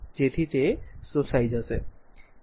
તેથી તે શોષાઈ જશે